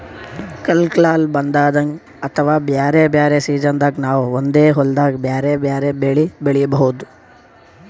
ಕಲ್ಕಾಲ್ ಬದ್ಲಾದಂಗ್ ಅಥವಾ ಬ್ಯಾರೆ ಬ್ಯಾರೆ ಸಿಜನ್ದಾಗ್ ನಾವ್ ಒಂದೇ ಹೊಲ್ದಾಗ್ ಬ್ಯಾರೆ ಬ್ಯಾರೆ ಬೆಳಿ ಬೆಳಿಬಹುದ್